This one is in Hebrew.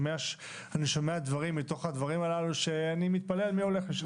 אני שומע דברים ואני מתפלא מי הולך לשם.